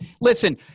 listen